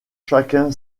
chacun